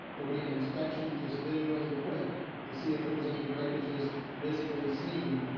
there'll be an inspection just visually quick to see if there's any breakages visibly seen.